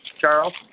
Charles